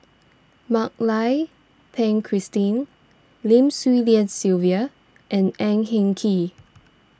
Mak Lai Peng Christine Lim Swee Lian Sylvia and Ang Hin Kee